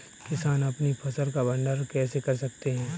किसान अपनी फसल का भंडारण कैसे कर सकते हैं?